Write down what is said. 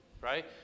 Right